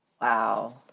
Wow